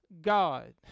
God